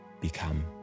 become